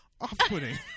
off-putting